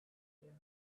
you